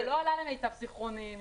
זה לא עלה, למיטב זיכרוני.